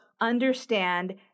understand